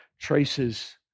traces